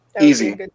Easy